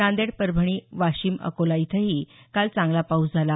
नांदेड परभणी वाशिम अकोला इथंही काल चांगला पाऊस झाला